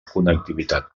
connectivitat